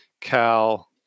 Cal